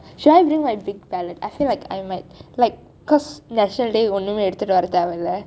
should I bring my big bag I feel like I might like cause national day க்கு ஒன்னுமே எடுத்து வர தேவையில்லை:ku onnumei eduthu vara thevaiyilai